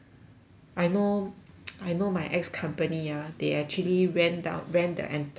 I know I know my ex company ah they actually rent out rent the entire